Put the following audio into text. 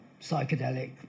psychedelic